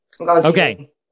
Okay